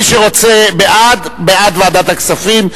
מי שרוצה בעד, בעד ועדת הכספים.